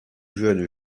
jeune